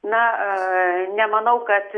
na aaa nemanau kad